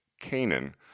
Canaan